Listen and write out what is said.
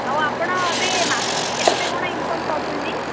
ଆଉ ଆପଣ ଏବେ ମାସକୁ କେତେ କଣ ଇନକମ୍ କରୁଛନ୍ତି